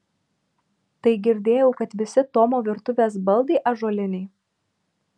tai girdėjau kad visi tomo virtuvės baldai ąžuoliniai